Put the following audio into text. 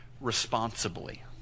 responsibly